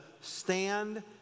stand